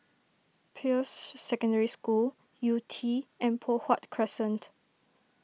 Peirce Secondary School Yew Tee and Poh Huat Crescent